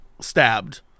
stabbed